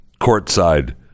courtside